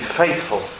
faithful